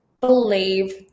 believe